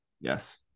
Yes